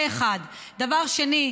זה, 1. דבר שני,